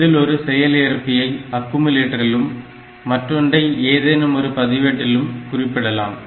இதில் ஒரு செயல்ஏற்பியை அக்குமுலேட்டரிலும் மற்றொன்றை ஏதேனும் ஒரு பதிவேட்டிலும் குறிப்பிடலாம்